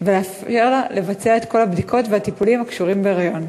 ולאפשר לה לבצע את כל הבדיקות והטיפולים הקשורים בהיריון.